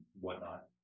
whatnot